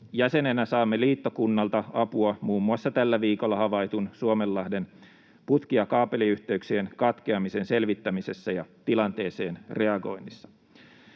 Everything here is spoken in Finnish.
Jäsenenä saamme liittokunnalta apua muun muassa tällä viikolla havaitun Suomenlahden putki- ja kaapeliyhteyksien katkeamisen selvittämisessä ja tilanteeseen reagoinnissa.